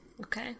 Okay